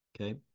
okay